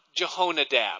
Jehonadab